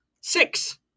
Six